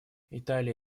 италия